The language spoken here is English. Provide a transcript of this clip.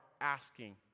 asking